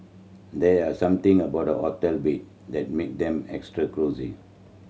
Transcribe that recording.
there are something about hotel bed that make them extra cosy